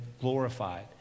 glorified